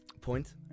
point